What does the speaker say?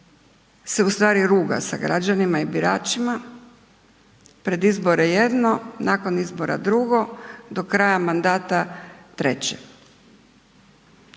se ustvari ruga sa građanima i biračima, pred izbore jedno, nakon izbora drugo, do kraja mandata treće.